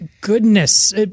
goodness